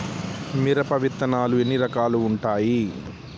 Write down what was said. మిరప విత్తనాలు ఎన్ని రకాలు ఉంటాయి?